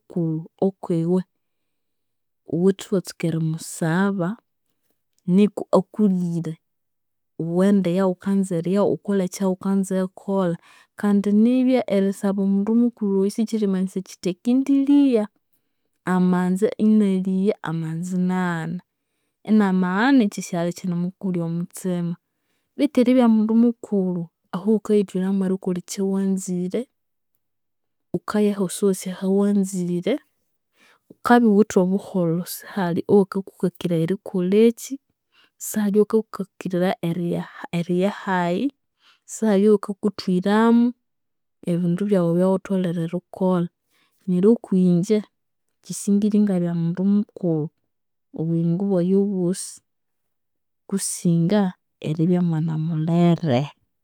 Mukulhu okwiwe, ghuwithe iwatsuka erimusaba nuku akulighire ghughende eyaghukanza eriya, ghukole ekyaghukanza erikolha, kandi nibya erisaba omundu mukulhu oyo sikyirimanyisaya kyithi akendiligha. Amanza inaligha, amanza inaghana, inamaghana ikyasighalha ikyinamukulya omuthima betu eribya mundu mukulhu, ahu ghukayithwiramu erikolha ekyawanzire, ghukaya ahosihosi ahawanzire, ghukabya ighuwithe obuholho, sihali oyukakukakiraya erikolhakyi, sihali eyukakukakiraya eriya hayi, sihali eyikakuthwiramu ebindu byaghu ebyaghutholere erikolha. Neryo okwinje, kyisingire ingabya mundu mukulhu obuyingo bwayi obwosi kusinga eribya mwanamulere.